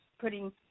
putting